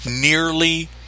nearly